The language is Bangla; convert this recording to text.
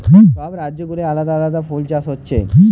সব রাজ্য গুলাতে আলাদা আলাদা ফুল চাষ হচ্ছে